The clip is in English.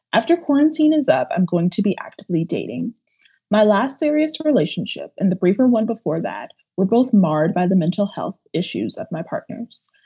after quarantine is up, i'm going to be actively dating my last serious relationship and the briefer one before that. we're both marred by the mental health issues of my partners.